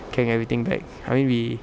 carrying everything back I mean we